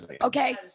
Okay